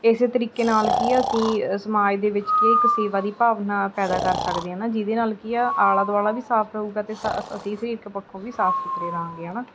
ਇਸੇ ਤਰੀਕੇ ਨਾਲ ਕੀ ਅਸੀਂ ਸਮਾਜ ਦੇ ਵਿੱਚ ਕਿ ਇੱਕ ਸੇਵਾ ਦੀ ਭਾਵਨਾ ਪੈਦਾ ਕਰ ਸਕਦੇ ਹੈ ਨਾ ਜਿਹਦੇ ਨਾਲ ਕੀ ਆ ਆਲਾ ਦੁਆਲਾ ਵੀ ਸਾਫ ਰਹੇਗਾ ਅਤੇ ਅਸੀਂ ਸਰੀਰਿਕ ਪੱਖੋਂ ਵੀ ਸਾਫ ਸੁਥਰੇ ਰਹਾਂਗੇ ਹੈ ਨਾ